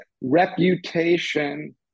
Reputation